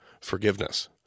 forgiveness